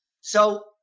So-